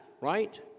right